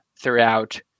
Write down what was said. throughout